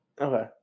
Okay